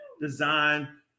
design